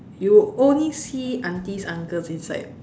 you will only see aunties uncles inside